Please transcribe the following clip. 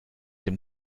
dem